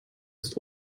ist